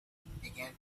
began